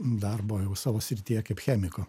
darbo jau savo srityje kaip chemiko